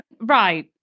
Right